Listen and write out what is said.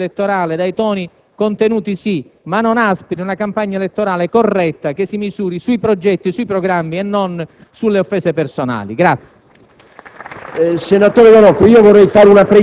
augurandoci che la campagna elettorale abbia toni contenuti e non sia aspra, una campagna elettorale corretta che si misuri sui progetti, sui programmi e non sulle offese personali.